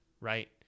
right